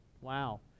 wow